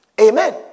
Amen